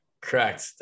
Correct